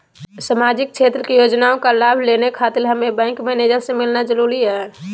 सामाजिक क्षेत्र की योजनाओं का लाभ लेने खातिर हमें बैंक मैनेजर से मिलना जरूरी है?